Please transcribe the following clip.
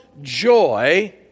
joy